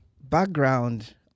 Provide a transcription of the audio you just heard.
background